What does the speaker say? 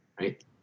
right